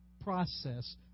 process